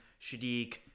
Shadik